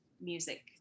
music